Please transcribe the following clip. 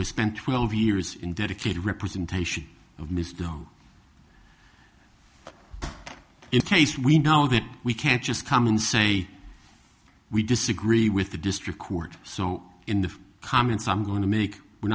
has spent twelve years in dedicated representation of miss doane in case we know that we can't just come and say we disagree with the district court so in the comments i'm going to make we're